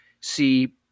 see